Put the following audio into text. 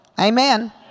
Amen